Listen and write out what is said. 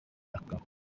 akaba